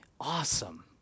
Awesome